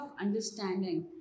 understanding